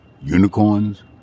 Unicorns